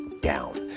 down